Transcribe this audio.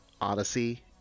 odyssey